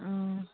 ꯑꯥ